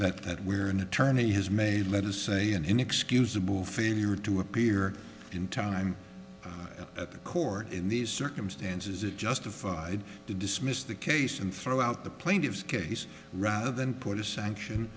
that that we're an attorney has may lead to say an inexcusable failure to appear in time at the court in these circumstances it justified to dismiss the case and throw out the plaintiff's case rather than put a sanction